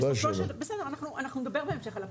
אנחנו נדבר בהמשך על הפרטים.